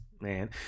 man